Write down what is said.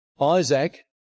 Isaac